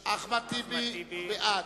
סגן יושב-ראש הכנסת אחמד טיבי, בעד.